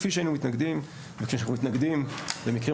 כפי שהיינו מתנגדים וכפי שאנחנו מתנגדים למקרים